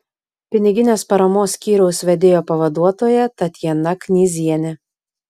piniginės paramos skyriaus vedėjo pavaduotoja tatjana knyzienė